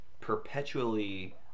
perpetually